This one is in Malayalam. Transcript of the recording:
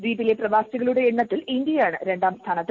ദ്വീപിലെ പ്രവാസികളുടെ എണ്ണത്തിൽ ഇന്ത്യയാണ് രണ്ടാം സ്ഥാനത്ത്